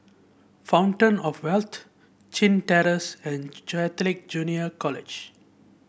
Fountain Of Wealth Chin Terrace and Catholic Junior College